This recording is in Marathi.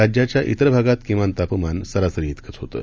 राज्याच्या तिर भागात किमान तापमान सरासरी त्रिकच होतं